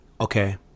Okay